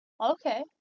okay